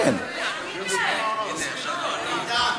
ביטן,